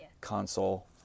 console